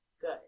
good